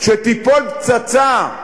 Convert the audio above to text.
כשתיפול פצצה,